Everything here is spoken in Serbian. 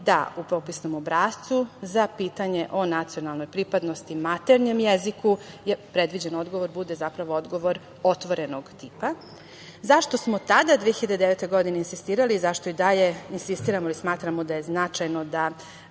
da u popisnom obrascu za pitanje o nacionalnoj pripadnosti, maternjem jeziku, predvideli da odgovor bude, zapravo, odgovor otvorenog tipa. Zašto smo tada 2009. godine insistirali i zašto i dalje insistiramo ili smatramo da je značajno da